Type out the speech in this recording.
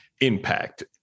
impact